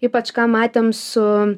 ypač ką matėm su